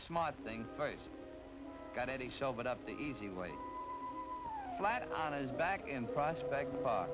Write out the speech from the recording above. smart thing got any shell but up the easy way flat on his back in prospect park